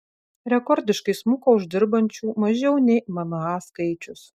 rekordiškai smuko uždirbančių mažiau nei mma skaičius